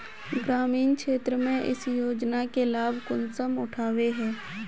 ग्रामीण क्षेत्र में इस योजना के लाभ कुंसम उठावे है?